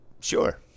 sure